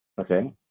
Okay